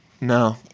No